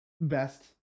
best